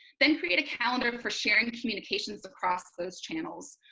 then create a calendar for sharing communications across those channels.